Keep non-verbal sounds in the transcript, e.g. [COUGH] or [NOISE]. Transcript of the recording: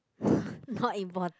[BREATH] not important